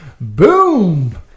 Boom